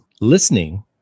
listening